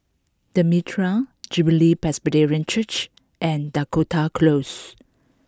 the Mitraa Jubilee Presbyterian Church and Dakota Close